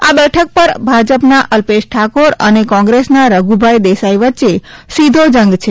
આ બેઠક પર ભાજપના અલ્પેશ ઠાકોર અને કોંગ્રેસના રધુભાઈ દેસાઈ વચ્ચે સીધો જંગ છે